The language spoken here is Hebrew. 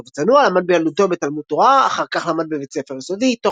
יעקב צנוע למד בילדותו בתלמוד תורה אחר כך למד בבית ספר יסודי,